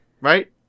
Right